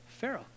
Pharaoh